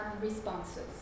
responses